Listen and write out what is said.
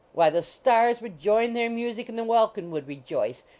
why, the stars would join their music and the welkin would rejoice,